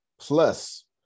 plus